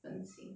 分心